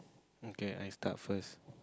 okay I start first